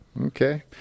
okay